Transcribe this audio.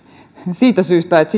siitä syystä että